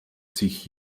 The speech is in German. sich